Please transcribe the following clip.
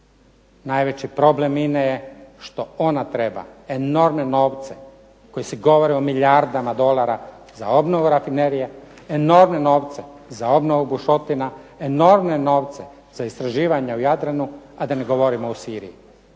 Najveći problem INA-e je što ona treba enormne novce koje se govori o milijardama dolara za obnovu rafinerije, enormne novce za obnovu bušotina, enormne novce za istraživanje u Jadranu, a da ne govorimo u Siriji.